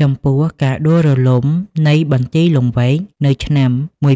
ចំពោះ ការដួលរលំនៃបន្ទាយលង្វែកនៅឆ្នាំ ១៥៩៤